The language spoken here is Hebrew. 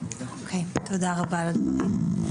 תודה רבה על הדברים.